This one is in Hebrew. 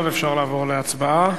עכשיו אפשר לעבור להצבעה.